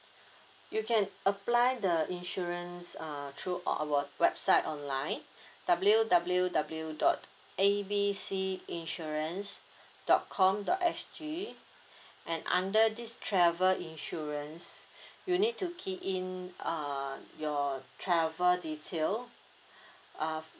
you can apply the insurance uh through our website online W_W_W dot A B C insurance dot com dot S_G and under this travel insurance you need to key in uh your travel detail uh